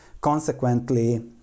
consequently